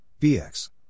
BX